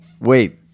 wait